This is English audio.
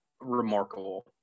remarkable